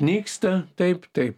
nyksta taip tai